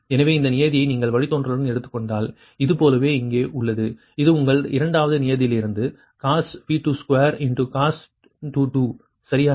எனவே இந்த நியதியை நீங்கள் வழித்தோன்றலுடன் எடுத்துக் கொண்டால் அது போலவே இங்கே உள்ளது அது உங்கள் இந்த இரண்டாவது நியதிலிருந்து 2cos சரியா